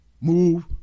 move